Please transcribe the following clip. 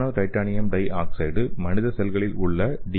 நானோ titanium di oxide மனித செல்களில் உள்ள டி